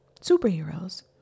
Superheroes